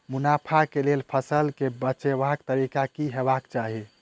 मुनाफा केँ लेल फसल केँ बेचबाक तरीका की हेबाक चाहि?